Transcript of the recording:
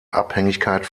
abhängigkeit